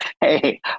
Hey